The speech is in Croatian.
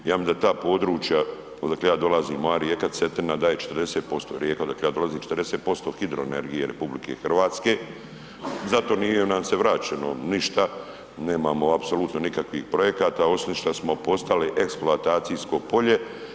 Ja mislim da ta područja odakle ja dolazim, moja rijeka Cetina daje 40%, rijeka odakle ja dolazim 40% hidroenergije RH, zato nije nan se vraćeno ništa, nemamo apsolutno nikakvih projekata osim šta smo postali eksploatacijsko polje.